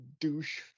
douche